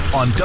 on